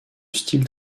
styles